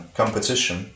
competition